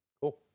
Cool